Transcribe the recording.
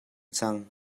cang